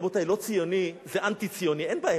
רבותי, לא ציוני זה אנטי-ציוני, אין באמצע.